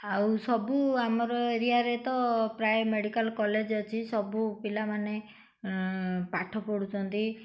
ଆଉ ସବୁ ଆମର ଏରିଆରେ ତ ପ୍ରାୟ ମେଡ଼ିକାଲ୍ କଲେଜ ଅଛି ସବୁ ପିଲାମାନେ ପାଠ ପଢ଼ୁଛନ୍ତି